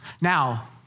Now